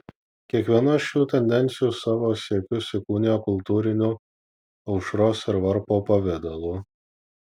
kiekviena šių tendencijų savo siekius įkūnija kultūriniu aušros ir varpo pavidalu